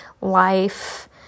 life